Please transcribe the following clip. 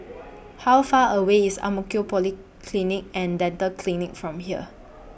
How Far away IS Ang Mo Kio Polyclinic and Dental Clinic from here